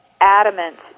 adamant